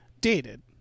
dated